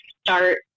start